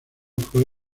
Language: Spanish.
fue